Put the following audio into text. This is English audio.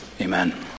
Amen